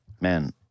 Man